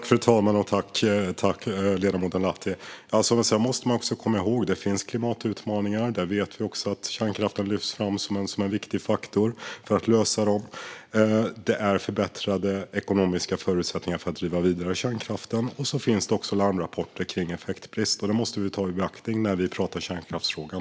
Fru talman! Ledamoten Lahti! Man måste komma ihåg att det finns klimatutmaningar. Vi vet att kärnkraften lyfts fram som en viktig faktor för att lösa dem. Det är förbättrade ekonomiska förutsättningar för att driva vidare kärnkraften. Det finns också larmrapporter om effektbrist. Detta måste vi ta i beaktande när vi pratar om kärnkraftsfrågan.